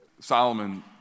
Solomon